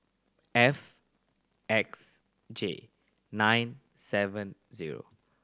F X J nine seven zero